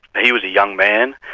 he was a young man,